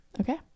Okay